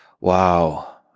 wow